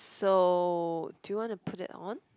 so do you want to put that on